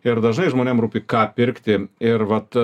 ir dažnai žmonėm rūpi ką pirkti ir vat